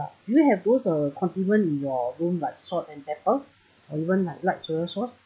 do you have both uh condiments in you room like salt and pepper or even like light soya sauce